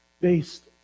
based